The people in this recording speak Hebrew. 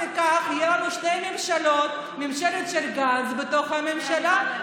נוסף לכך יהיו לנו שתי ממשלות: ממשלת גנץ בתוך הממשלה,